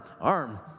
arm